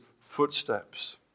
footsteps